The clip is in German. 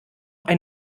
ein